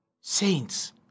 Saints